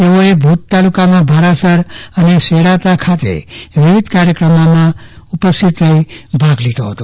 તેઓએ ભુજ તાલુકાના ભારાસર અને સેડતા ખાતે વિવિધ કાર્યક્રમોમાં ઉપસ્થિત રહી ભાગ લીધો હતો